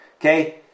Okay